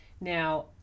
Now